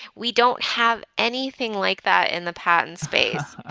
we don't have anything like that in the patent space.